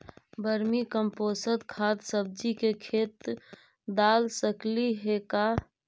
Vermi compost खाद सब्जी के खेत दाल सकली हे का?